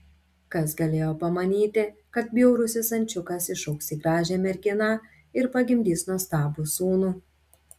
kas galėjo pamanyti kad bjaurusis ančiukas išaugs į gražią merginą ir pagimdys nuostabų sūnų